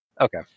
okay